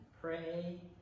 pray